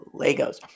Legos